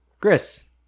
Chris